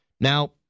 Now